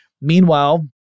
Meanwhile